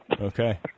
Okay